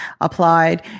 applied